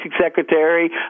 secretary